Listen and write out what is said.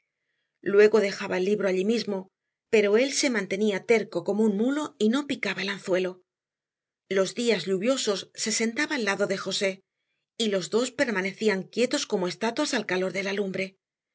luego dejaba el libro allí mismo pero él se mantenía terco como un mulo y no picaba el anzuelo los días lluviosos se sentaba al lado de josé y los dos permanecían quietos como estatuas al calor de la lumbre